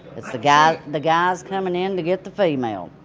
it's the guys the guys coming in to get the female.